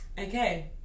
okay